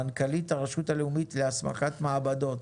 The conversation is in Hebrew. מנכ"לית הרשות הלאומית להסמכת מעבדות.